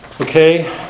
Okay